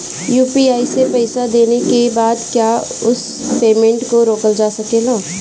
UPI से पईसा देने के बाद क्या उस पेमेंट को रोकल जा सकेला?